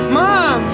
mom